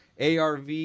ARV